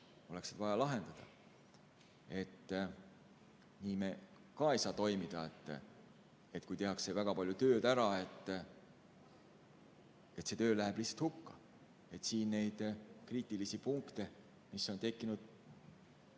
oleks vaja lahendada. Nii me ka ei saa toimida, et kui tehakse väga palju tööd ära, siis see töö läheb lihtsalt hukka. Neid kriitilisi punkte, mis on tekkinud